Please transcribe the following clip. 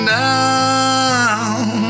down